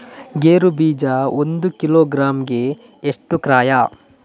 ಗೇರು ಬೀಜ ಒಂದು ಕಿಲೋಗ್ರಾಂ ಗೆ ಎಷ್ಟು ಕ್ರಯ?